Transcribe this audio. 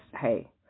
hey